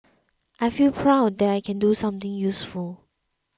I feel proud that I can do something useful